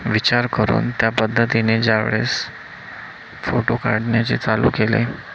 विचार करून त्या पद्धतीने ज्यावेळेस फोटो काढण्याचे चालू केले